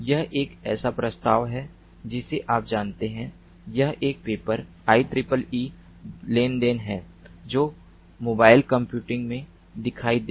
यह एक ऐसा प्रस्ताव है जिसे आप जानते हैं यह एक पेपर IEEE लेनदेन है जो मोबाइल कंप्यूटिंग में दिखाई दिया